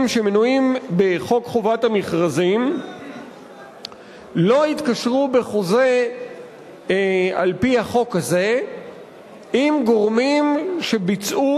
שמנויים בחוק חובת המכרזים לא יתקשרו בחוזה על-פי החוק הזה עם גורמים שביצעו